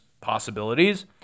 possibilities